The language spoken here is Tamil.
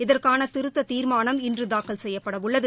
இதற்கான திருத்த தீர்மானம் இன்று தாக்கல் செய்யப்படவுள்ளது